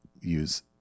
use